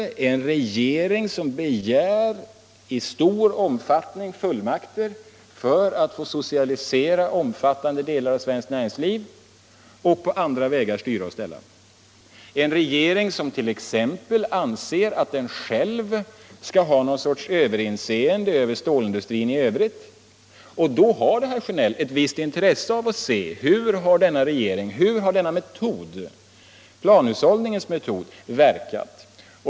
Det gäller en regering som i stor utsträckning begär fullmakter för att få socialisera omfattande delar av svenskt näringsliv och på andra vägar styra och ställa, en regering som t.ex. anser att den själv skall ha någon sorts överinseende över stålindustrin i övrigt. Då har det, herr Sjönell, ett visst intresse att se efter hur denna metod — planhushållningens metod — har verkat.